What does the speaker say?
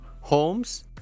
homes